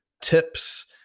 tips